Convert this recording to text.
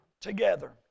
together